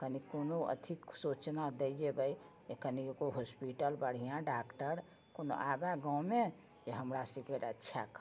कोनो अथी सूचना दै जेबै जे कनिको हॉस्पिटल बढ़िआँ डॉक्टर कोनो आबै गाँवमे जे हमरा सबके रक्षा करै